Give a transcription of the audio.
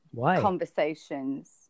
conversations